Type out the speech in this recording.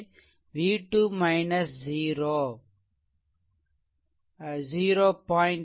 5 என்பது 0